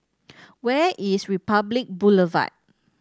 where is Republic Boulevard